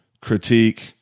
critique